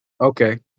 Okay